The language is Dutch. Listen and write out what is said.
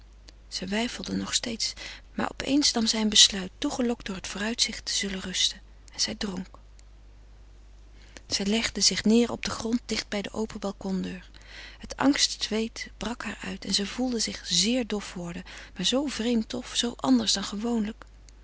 zij weifelde nog steeds maar op eens nam zij een besluit toegelokt door het vooruitzicht te zullen rusten en zij dronk zij legde zich neêr op den grond dicht bij de open balcondeur het angstzweet brak haar uit en ze voelde zich zeer dof worden maar zoo vreemd dof zoo anders dan gewoonlijk